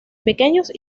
pequeños